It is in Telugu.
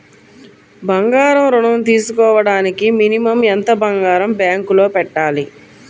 బంగారం ఋణం తీసుకోవడానికి మినిమం ఎంత బంగారం బ్యాంకులో పెట్టాలి?